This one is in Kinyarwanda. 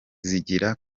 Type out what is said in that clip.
zigira